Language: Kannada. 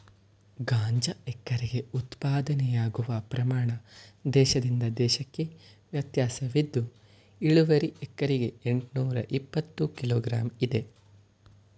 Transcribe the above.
ಗಾಂಜಾ ಎಕರೆಗೆ ಉತ್ಪಾದನೆಯಾಗುವ ಪ್ರಮಾಣ ದೇಶದಿಂದ ದೇಶಕ್ಕೆ ವ್ಯತ್ಯಾಸವಿದ್ದು ಇಳುವರಿ ಎಕರೆಗೆ ಎಂಟ್ನೂರಇಪ್ಪತ್ತು ಕಿಲೋ ಗ್ರಾಂ ಇದೆ